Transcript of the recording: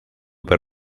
per